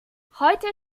heute